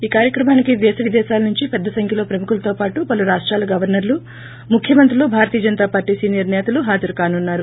ఈ కార్యక్రమానికి దేశ విదేశాల నుంచి పెద్ద సంఖ్యలో ప్రముఖులతో పాటు పలు రాష్టాల గవర్చర్లు ముఖ్యమంత్రులు భారతీయ జనతా పార్లీ సీనియర్ నేతలు హాజరకానున్నారు